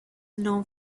known